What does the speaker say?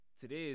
today